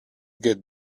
get